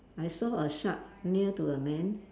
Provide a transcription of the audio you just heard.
I saw a shark near to a man